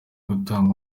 gutanga